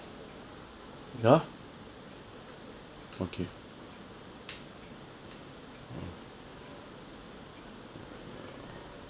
ah okay